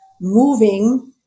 moving